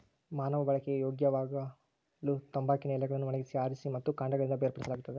ಮಾನವ ಬಳಕೆಗೆ ಯೋಗ್ಯವಾಗಲುತಂಬಾಕಿನ ಎಲೆಗಳನ್ನು ಒಣಗಿಸಿ ಆರಿಸಿ ಮತ್ತು ಕಾಂಡಗಳಿಂದ ಬೇರ್ಪಡಿಸಲಾಗುತ್ತದೆ